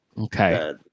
Okay